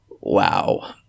Wow